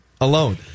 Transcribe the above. alone